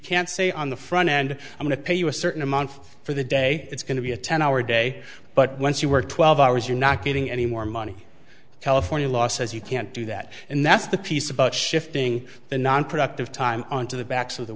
can't say on the front end i'm going to pay you a certain amount for the day it's going to be a ten hour day but once you work twelve hours you're not getting any more money california law says you can't do that and that's the piece about shifting the nonproductive time onto the backs of the